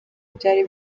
byari